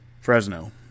Fresno